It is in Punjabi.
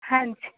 ਹਾਂਜੀ